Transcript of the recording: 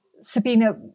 Sabina